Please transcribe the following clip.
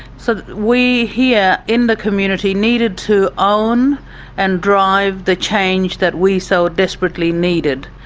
so we here in the community needed to own and drive the change that we so desperately needed.